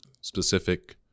Specific